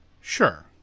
Sure